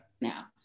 now